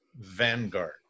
Vanguard